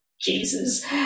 Jesus